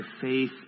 faith